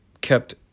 kept